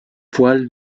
poil